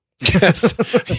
Yes